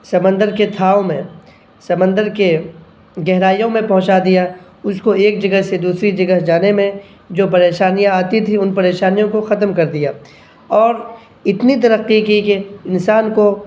سمندر کے تھاؤ میں سمندر کے گہرائیوں میں پہنچا دیا اس کو ایک جگہ سے دوسری جگہ جانے میں جو پریشانیاں آتی تھی ان پریشانیوں کو ختم کر دیا اور اتنی ترقی کی کہ انسان کو